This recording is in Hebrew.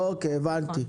אוקיי, הבנתי.